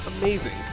Amazing